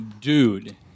dude